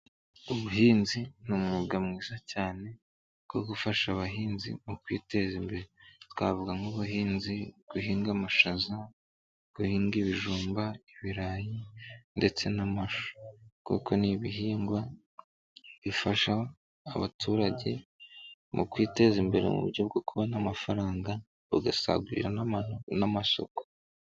Ubuhinzi ni umwuga mwiza cyane kuko ufasha abahinzi mu kwiteza, imbere twavuga nk'ubuhinzi guhinga amashaza guhinga ibijumba ibirayi ndetse n'amashu. Kuko n'ibihingwa bifasha abaturage mu kwiteza imbere mu uburyo bwo kubona amafaranga bagasagurira n'amasoko.